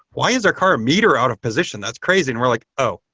why is our car a meter out of position? that's crazy, and we're like, oh,